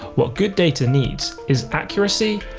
what good data needs is accuracy,